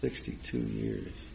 sixty two years